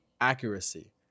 accuracy